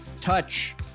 touch